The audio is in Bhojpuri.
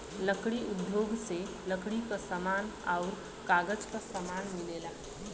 लकड़ी उद्योग से लकड़ी क समान आउर कागज क समान मिलेला